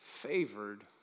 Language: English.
favored